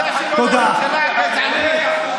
תודה.